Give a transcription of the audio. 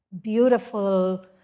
beautiful